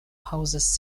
houses